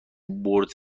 بٌرد